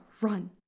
run